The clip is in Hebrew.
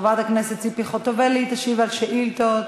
חברת הכנסת ציפי חוטובלי, תשיב על שאילתות.